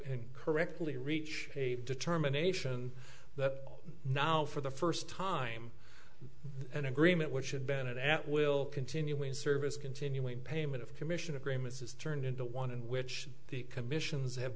and correctly reach a determination that now for the first time an agreement which had been it at will continue in service continuing payment of commission agreements has turned into one in which the commissions have